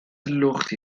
لختی